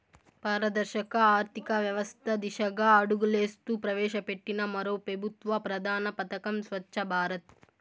పారదర్శక ఆర్థికవ్యవస్త దిశగా అడుగులేస్తూ ప్రవేశపెట్టిన మరో పెబుత్వ ప్రధాన పదకం స్వచ్ఛ భారత్